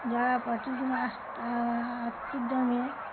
যারা জন্য আ আত্মিক জন্মে